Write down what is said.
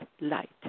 light